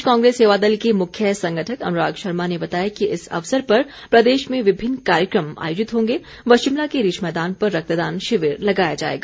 प्रदेश कांग्रेस सेवादल के मुख्य संगठक अनुराग शर्मा ने बताया कि इस अवसर पर प्रदेश में विभिन्न कार्यक्रम आयोजित होंगे व शिमला के रिज मैदान पर रक्तदान शिविर लगाया जाएगा